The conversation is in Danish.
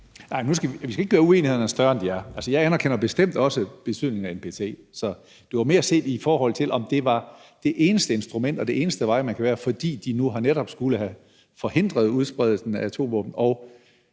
Nu skal vi ikke gøre uenighederne større, end de er. Jeg anerkender bestemt også betydningen af NPT. Det var mere set i forhold til, om det var det eneste instrument og den eneste vej, fordi de nu netop skulle have forhindret udbredelsen af atomvåben